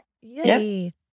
Yay